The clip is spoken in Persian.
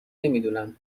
نمیدونم